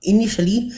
Initially